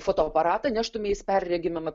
fotoaparatą neštumeis perregimame